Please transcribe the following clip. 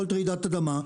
יכול להיות רעידת אדמה,